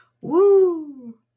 Woo